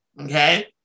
Okay